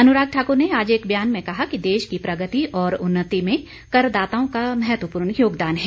अनुराग ठाकुर ने आज एक बयान में कहा कि देश की प्रगति और उन्नति में करदाताओं का महत्वपूर्ण योगदान है